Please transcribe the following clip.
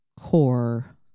core